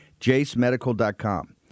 JaceMedical.com